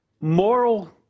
moral